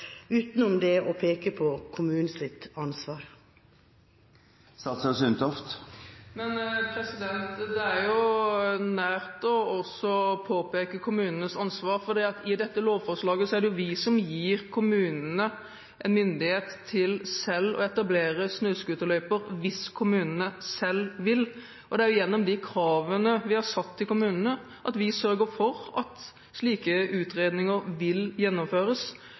utenom det å peke på kommunens ansvar? Det ligger nært å påpeke kommunenes ansvar, for i dette lovforslaget gir vi jo kommunene myndighet til selv å etablere snøscooterløyper hvis kommunene selv vil, og det er gjennom de kravene vi har stilt til kommunene, vi sørger for at slike utredninger vil gjennomføres.